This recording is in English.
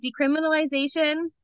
decriminalization